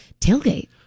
tailgate